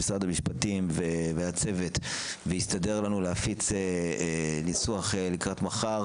משרד המשפטים והצוות ויסתדר לנו להפיץ ניסוח לקראת מחר